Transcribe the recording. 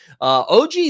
OG